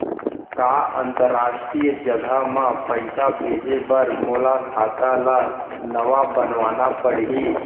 का अंतरराष्ट्रीय जगह म पइसा भेजे बर मोला खाता ल नवा बनवाना पड़ही?